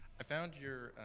i found your,